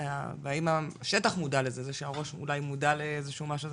והאם השטח מודע לזה - זה שהראש אולי מודע לאיזשהו משהו,